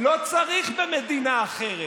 לא צריך במדינה אחרת.